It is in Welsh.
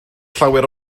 llawer